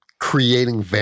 Creating